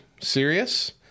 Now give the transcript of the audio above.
serious